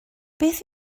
beth